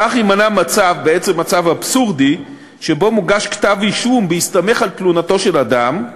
כך יימנע בעצם מצב אבסורדי שבו מוגש כתב-אישום בהסתמך על תלונתו של אדם,